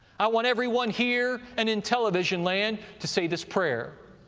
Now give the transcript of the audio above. i want everyone here and in television land to say this prayer,